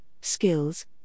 skills